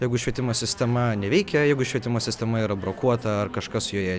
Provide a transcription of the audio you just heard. jeigu švietimo sistema neveikia jeigu švietimo sistema yra brokuota ar kažkas joje